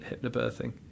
hypnobirthing